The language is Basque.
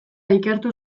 ikertu